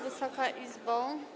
Wysoka Izbo!